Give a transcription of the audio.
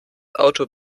auto